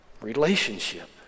Relationship